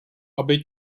aby